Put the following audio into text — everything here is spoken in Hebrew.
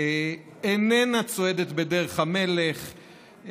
איננה צועדת בדרך המלך,